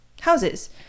houses